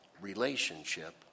relationship